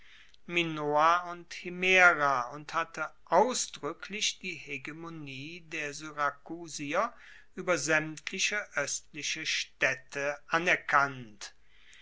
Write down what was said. und himera und hatte ausdruecklich die hegemonie der syrakusier ueber saemtliche oestliche staedte anerkannt